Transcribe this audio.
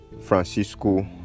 Francisco